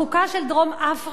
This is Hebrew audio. בחוקה של דרום-אפריקה,